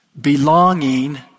Belonging